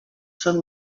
són